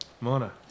Mona